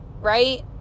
right